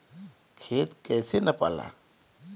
खेत कैसे नपाला?